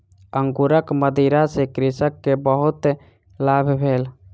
अंगूरक मदिरा सॅ कृषक के बहुत लाभ भेल